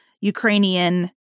Ukrainian